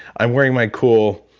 i'm wearing my cool.